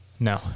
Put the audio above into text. No